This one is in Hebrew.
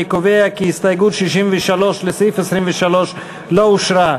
אני קובע כי הסתייגות 63 לסעיף 23 לא אושרה.